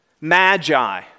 magi